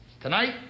Tonight